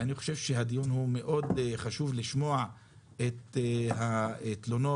אני חושב שמאוד חשוב לשמוע בדיון את התלונות